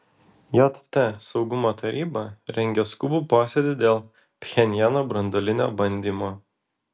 jt saugumo taryba rengia skubų posėdį dėl pchenjano branduolinio bandymo